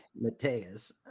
Mateus